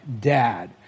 dad